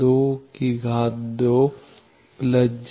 j 03 2